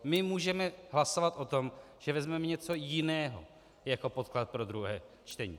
My můžeme hlasovat o tom, že vezmeme něco jiného jako podklad pro druhé čtení.